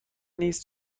نیز